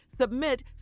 Submit